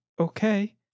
okay